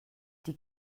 die